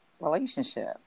relationship